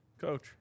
coach